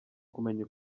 kumenya